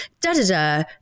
da-da-da